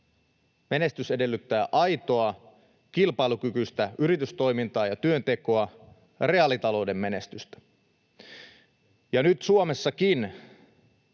Menestys edellyttää aitoa, kilpailukykyistä yritystoimintaa ja työntekoa, reaalitalouden menestystä. Ja nyt Suomessakin